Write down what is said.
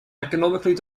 economically